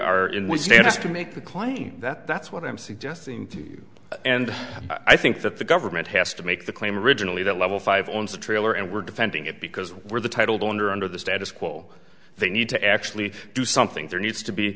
are in was needed to make the claim that that's what i'm suggesting and i think that the government has to make the claim originally that level five owns the trailer and we're defending it because we're the title under under the status quo they need to actually do something there needs to be